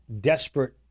desperate